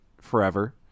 forever